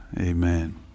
Amen